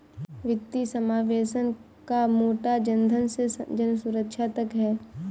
वित्तीय समावेशन का मोटो जनधन से जनसुरक्षा तक है